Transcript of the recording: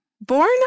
Born